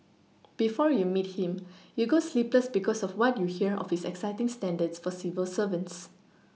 before you meet him you go sleepless because of what you hear of his exacting standards for civil servants